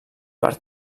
per